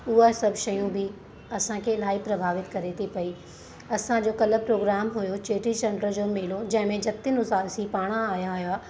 उहा सभु शयूं बि असांखे इलाही प्राभावित करे थी पयी असांजो कल्ह प्रोग्राम हुयो चेटीचंड जो मेलो जें में जतिन उदासी पाण आया हुआ